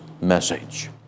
message